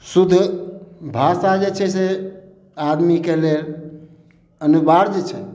शुद्ध भाषा जे छै से आदमीके लेल अनिवार्य छै